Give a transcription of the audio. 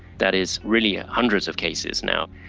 that is really ah hundreds of cases now.